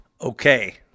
Okay